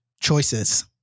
choices